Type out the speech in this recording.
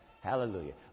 Hallelujah